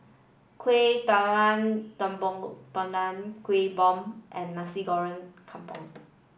Kueh Talam Tepong Pandan Kueh Bom and Nasi Goreng Kampung